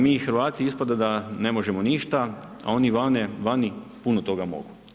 Mi Hrvati ispada da ne možemo ništa, a oni vani puno toga mogu.